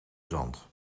zand